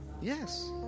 Yes